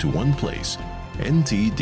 to one place indeed